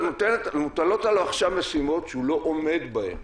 ומוטלות עליו עכשיו משימות שהוא לא עומד בהן.